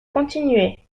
continuer